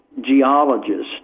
geologist